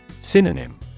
Synonym